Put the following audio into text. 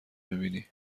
میبینی